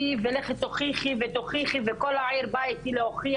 ולכי תוכיחי ותוכיחי וכל העיר באה איתי להוכיח,